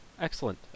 Excellent